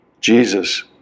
Jesus